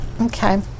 Okay